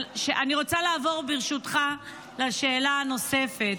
אבל אני רוצה לעבור, ברשותך, לשאלה הנוספת.